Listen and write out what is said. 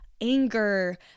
anger